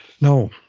No